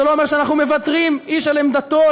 זה לא אומר שאנחנו מוותרים איש על עמדתו.